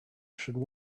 should